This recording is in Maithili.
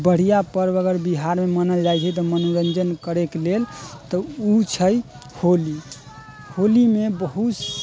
बढ़िआँ पर्व अगर बिहारमे मानल जाइ छै तऽ मनोरञ्जन करैके लेल तऽ उ छै होली होलीमे बहुत